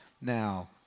Now